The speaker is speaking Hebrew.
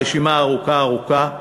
והרשימה ארוכה ארוכה,